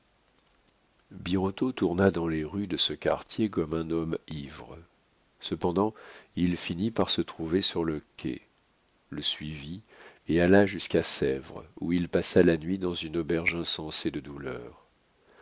birotteau tourna dans les rues de ce quartier comme un homme ivre cependant il finit par se trouver sur le quai le suivit et alla jusqu'à sèvres où il passa la nuit dans une auberge insensé de douleur